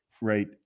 right